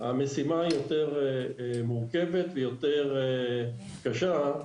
המשימה היא יותר מורכבת ויותר קשה.